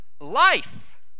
life